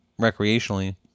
recreationally